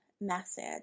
message